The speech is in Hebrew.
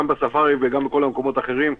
מול הממשלה לבקש שגם אם יש שלבים עתידיים,